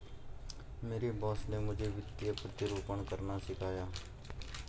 मेरे बॉस ने मुझे वित्तीय प्रतिरूपण करना सिखाया